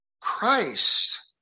Christ